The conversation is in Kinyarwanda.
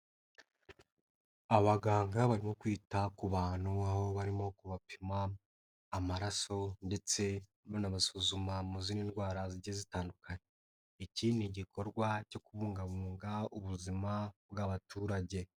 Abaganga barimo kwita ku bantu barimo kubapima amaraso ndetse banabasuzuma mu zindi ndwara zigiye zitandukanye. Iki ni igikorwa cyo kubungabunga ubuzima bw'abaturage.